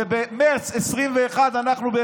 ובמרץ 2021 אנחנו נביא,